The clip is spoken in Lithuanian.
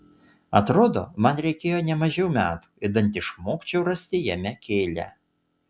atrodo man reikėjo ne mažiau metų idant išmokčiau rasti jame kėlią